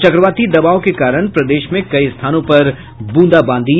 और चक्रवाती दबाव के कारण प्रदेश में कई स्थानों पर बूंदाबांदी